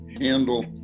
handle